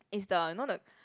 is the you know the